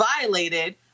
violated